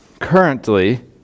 currently